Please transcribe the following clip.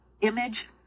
image